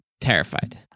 terrified